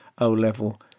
O-level